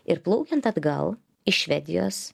ir plaukiant atgal iš švedijos